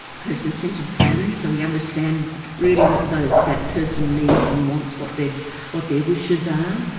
person-centred planning, so we understand really what those that person needs and wants, what their what their wishes are,